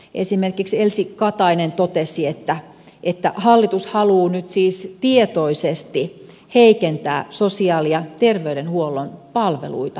esimerkiksi elsi katainen totesi että hallitus haluaa nyt siis tietoisesti heikentää sosiaali ja terveydenhuollon palveluita